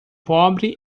pobre